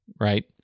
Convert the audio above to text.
Right